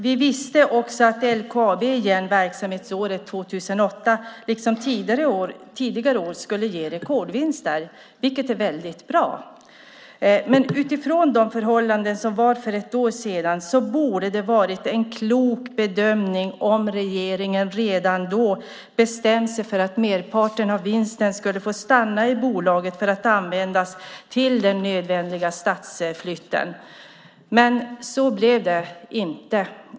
Vi visste också att LKAB återigen verksamhetsåret 2008 liksom tidigare år skulle ge rekordvinster, vilket är väldigt bra. Utifrån de förhållanden som var för ett år sedan borde det ha varit en klok bedömning om regeringen redan då bestämt sig för att merparten av vinsten skulle få stanna i bolaget för att användas till den nödvändiga stadsflytten. Men så blev det inte.